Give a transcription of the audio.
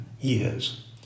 years